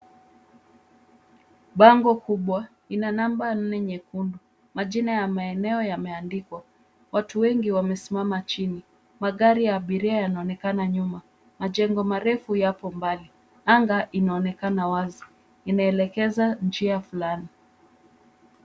Bango kubwa, ina namba nne nyekundu, majina ya maeneo yameandikwa, watu wengi wamesimama chini. Magari ya abiria yanaonekana nyuma, majengo marefu yapo mbali, anga inaonekana wazi, inaelekeza njia fulani.